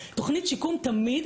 תוכנית שיקום תמיד